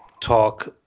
talk